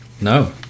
No